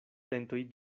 dentoj